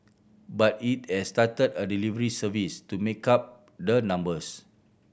but it has started a delivery service to make up the numbers